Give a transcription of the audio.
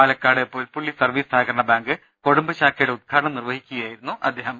Palakkad Polpully service സഹികരണ bank Kodumbu ശാഖയുടെ ഉദ്ഘാടനം നിർവ്വഹിക്കുകയാ യിരുന്നു മന്ത്രി